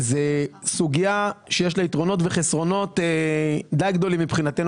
זו סוגייה שיש שלה יתרונות וחסרונות די גדולים מבחינתנו.